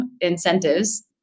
incentives